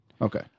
Okay